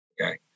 okay